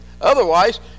Otherwise